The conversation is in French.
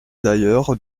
d’ailleurs